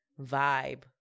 vibe